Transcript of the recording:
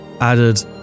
added